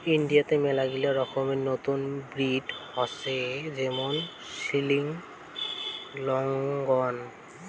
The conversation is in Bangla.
ইন্ডিয়াতে মেলাগিলা রকমের নতুন ব্রিড হসে যেমন সিল্কি, লেগহর্ন